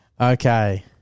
Okay